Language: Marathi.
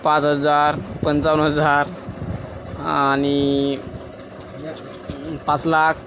पाच हजार पंचावन्न हजार आणि पाच लाख